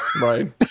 Right